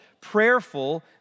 prayerful